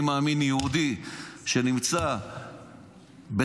אני מאמין שיהודי שנמצא בתפקיד,